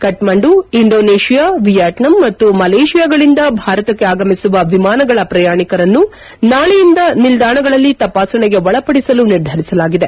Kathmandu Indonesia Vietnam ಮತ್ತು ಮಲೇಷಿಯಾಗಳಿಂದ ಭಾರತಕ್ಕೆ ಆಗಮಿಸುವ ವಿಮಾನಗಳ ಪ್ರಯಾಣಿಕರನ್ನು ನಾಳೆಯಿಂದ ನಿಲ್ದಾಣಗಳಲ್ಲಿ ತಪಾಸಣೆಗೆ ಒಳಪಡಿಸಲು ನಿರ್ಧರಿಸಲಾಗಿದೆ